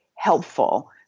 helpful